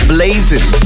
Blazing